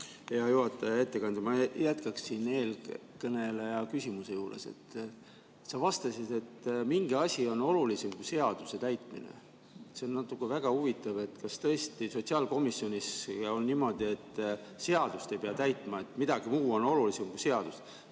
Hea ettekandja! Ma jätkaksin eelkõneleja küsimuse juurest. Sa vastasid, et mingi asi on olulisem kui seaduse täitmine. See on väga huvitav. Kas tõesti sotsiaalkomisjonis on niimoodi, et seadust ei pea täitma, sest miski muu on olulisem kui seadus?